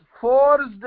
forced